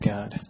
God